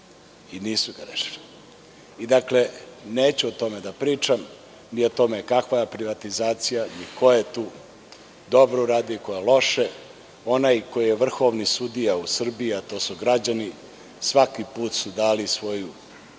i nisu ga rešili. Neću o tome da pričam, ni o tome kakva privatizacija, ni ko je tu dobro radio, ni ko je loše. Onaj koji je vrhovni sudija u Srbiji, a to su građani, svaki put da svoju